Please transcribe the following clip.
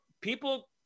people